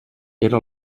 era